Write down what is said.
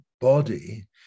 body